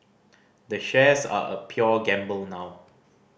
the shares are a gamble now